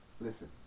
listen